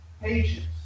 patience